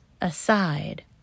aside